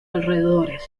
alrededores